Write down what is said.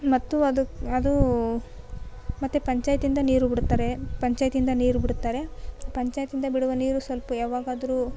ಮತ್ತು ಅದು ಅದು ಮತ್ತೆ ಪಂಚಾಯ್ತಿಂದ ನೀರು ಬಿಡುತ್ತಾರೆ ಪಂಚಾಯ್ತಿಂದ ನೀರು ಬಿಡುತ್ತಾರೆ ಪಂಚಾಯ್ತಿಂದ ಬಿಡುವ ನೀರು ಸ್ವಲ್ಪ ಯಾವಾಗಾದರು